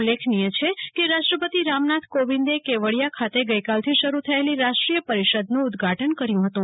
ઉલ્લેખનીય છે કે રાષ્ટ્રપતિ રામનાથ કોવિંદે કેવડીયા ખાતે ગઈકાલથી શરૂ થયેલી રાષ્ટ્રીય પરિષદનું ઉદઘાટન કર્યું હતું